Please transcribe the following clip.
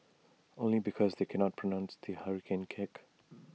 only because they cannot pronounce the hurricane kick